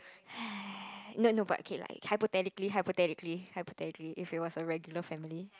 no no but okay like hypothetically hypothetically hypothetically if it was a regular family